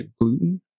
gluten